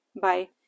Bye